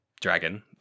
dragon